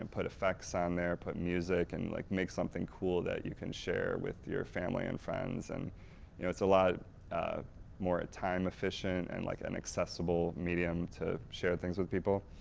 and put effects on there, put music and like make something cool that you can share with your family and friends. and you know it's a lot more time efficient and like an accessible medium to share things with people.